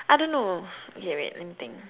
I don't know okay wait let me think